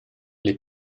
les